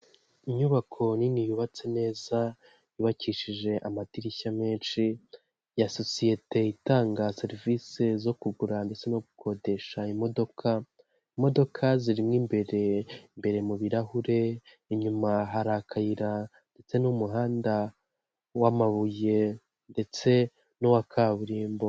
Inyubako nini yubatse neza yubakishije amadirishya menshi ya sosiyete itanga serivisi zo kugura ndetse no gukodesha imodoka. Imodoka zirimo imbere, imbere mu birarahure inyuma hari akayira ndetse n'umuhanda w'amabuye ndetse n'uwa kaburimbo.